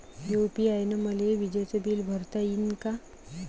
UPI न मले विजेचं बिल भरता यीन का?